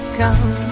come